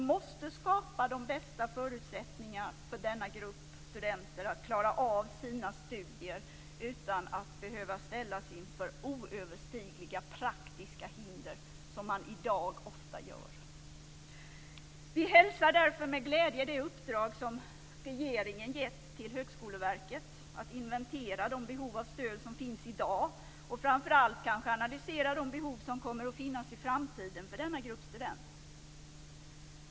Vi måste skapa de bästa förutsättningarna för denna grupp av studenter att klara sina studier utan att de skall behöva ställas inför oöverstigliga praktiska hinder, vilket i dag ofta sker. Vi hälsar därför med glädje det uppdrag som regeringen givit till Högskoleverket att inventera de behov av stöd som finns i dag och kanske framför allt att analysera de behov som i framtiden kommer att finnas hos denna grupp av studenter.